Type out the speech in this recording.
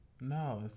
no